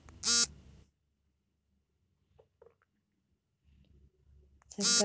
ಸರ್ಕಾರದ ಗ್ರಾಂಟ್ ಮತ್ತು ಸಬ್ಸಿಡಿಗಳು ವ್ಯಾಪಾರ ಶುರು ಮಾಡೋಕೆ ಉತ್ತಮ ಫೈನಾನ್ಸಿಯಲ್ ರಿಸೋರ್ಸ್ ಆಗಿದೆ